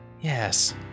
Yes